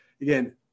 again